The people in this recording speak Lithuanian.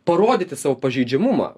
parodyti savo pažeidžiamumą